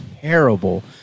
terrible